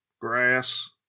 grass